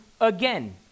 again